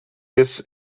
des